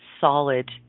solid